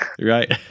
Right